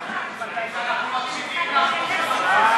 לשנת התקציב 2016, נתקבל.